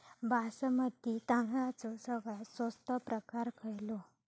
बासमती तांदळाचो सगळ्यात स्वस्त प्रकार खयलो?